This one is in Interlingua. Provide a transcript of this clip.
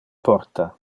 porta